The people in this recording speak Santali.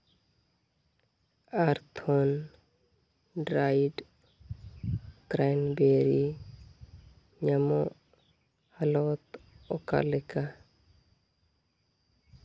ᱟᱨᱛᱷᱚᱱ ᱰᱨᱟᱭᱮᱰ ᱠᱨᱮᱱᱵᱮᱨᱤ ᱧᱟᱢᱚᱜ ᱦᱟᱞᱚᱛ ᱚᱠᱟᱞᱮᱠᱟ